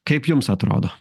kaip jums atrodo